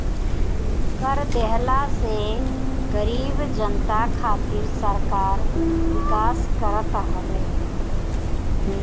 कर देहला से गरीब जनता खातिर सरकार विकास करत हवे